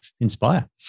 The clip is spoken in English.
Inspire